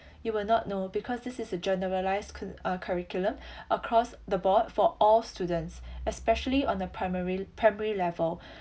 you will not know because this is a generalised cu~ uh curriculum across the board for all students especially on the primary primary level